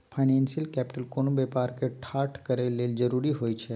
financial capital कोनो व्यापार के ठाढ़ करए लेल जरूरी होइ छइ